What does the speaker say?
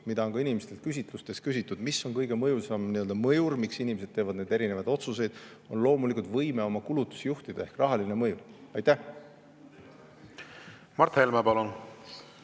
seda on ka inimestelt küsitlustes küsitud, et mis on kõige mõjusam mõjur, miks inimesed teevad neid erinevaid otsuseid – loomulikult võime oma kulutusi juhtida, ehk rahaline mõju. Mart Helme, palun!